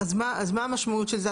אז מה המשמעות של זה?